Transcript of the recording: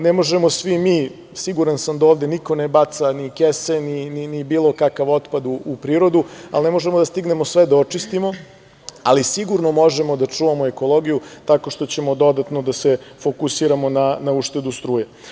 Ne možemo svi mi, siguran sam da ovde niko ne baca ni kese, ni bilo kakav otpad u prirodu, ali ne možemo da stignemo sve da očistimo, ali sigurno možemo da čuvamo ekologiju tako što ćemo dodatno da se fokusiramo na uštedu struje.